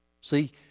see